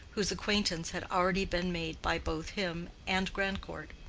whose acquaintance had already been made by both him and grandcourt.